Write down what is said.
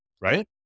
right